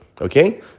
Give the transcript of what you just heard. okay